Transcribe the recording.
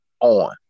on